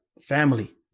family